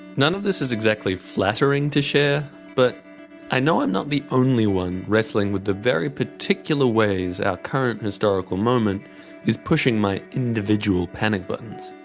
none of this is exactly flattering to share, but i know i'm not the only one wrestling with the very particular ways our current historical moment is pushing my individual panic buttons.